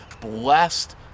blessed